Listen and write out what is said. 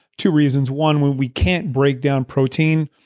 two reasons. one, when we can't break down protein,